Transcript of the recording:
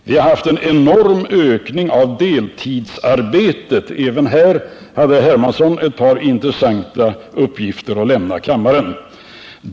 Vi har haft en enorm ökning av deltidsarbetet. Även härvidlag hade herr Hermansson ett par intressanta uppgifter att lämna kammaren.